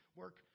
work